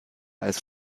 als